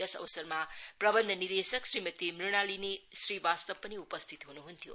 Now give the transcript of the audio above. यस अवसरमा प्रबन्धक निर्देशक श्रीमति मृणालिनी श्रीवास्तव पनि उपस्थित हुनुहन्थ्यो